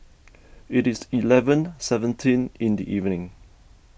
it is eleven seventeen in the evening